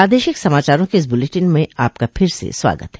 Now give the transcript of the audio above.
प्रादेशिक समाचारों के इस बुलेटिन में आपका फिर से स्वागत है